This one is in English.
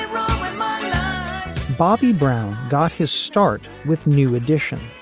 um bobby brown got his start with new additions,